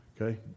Okay